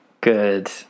Good